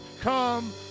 come